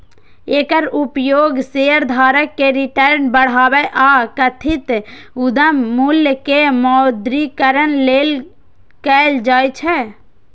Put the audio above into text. एकर उपयोग शेयरधारक के रिटर्न बढ़ाबै आ कथित उद्यम मूल्य के मौद्रीकरण लेल कैल जाइ छै